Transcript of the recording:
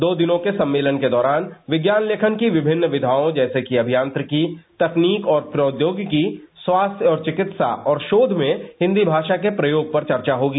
दो दिनों के सम्मेलन के दौरान विज्ञान लेखन की विभिन्न विधायों जैसे कि अभियांत्रिकी तकनीक और प्रौद्योगिकी स्वास्थ्य और चिकित्सा और शोघ में हिंदी भाषा के प्रयोग पर चर्चा होगी